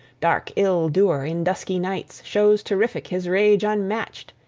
dark ill-doer, in dusky nights shows terrific his rage unmatched,